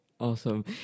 Awesome